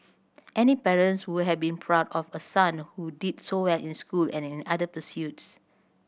any parent would have been proud of a son who did so well in school and in other pursuits